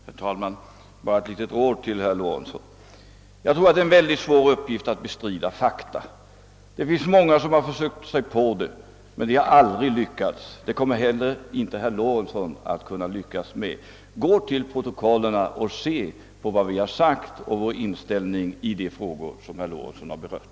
Herr talman! Bara ett litet råd till herr Lorentzon! Jag tror att det är en mycket svår uppgift att bestrida fakta. Många har försökt sig på den, men de har aldrig lyckats, och det kommer inte heller herr Lorentzon att göra. Gå till protokollen och studera vår inställning i de frågor som herr Lorentzon har berört!